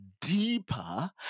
deeper